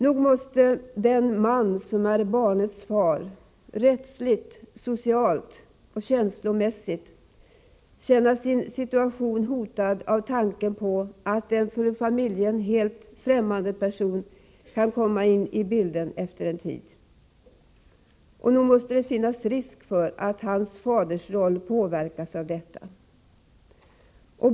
Nog måste den man som är barnets far rättsligt, socialt och känslomässigt känna sin situation hotad av tanken på att en för familjen helt fftämmande person kan komma in i bilden efter en tid. Nog måste det finnas risk för att hans fadersroll påverkas av detta.